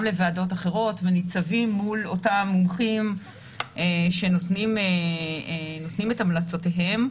לוועדות אחרות וניצבים מול אותם מומחים שנותנים את המלצותיהם,